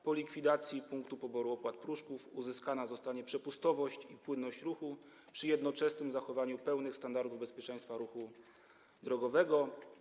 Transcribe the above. Po likwidacji punktu poboru opłat Pruszków uzyskana zostanie przepustowość i płynność ruchu przy jednoczesnym zachowaniu pełnych standardów bezpieczeństwa ruchu drogowego.